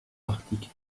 arctique